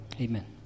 Amen